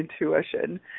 intuition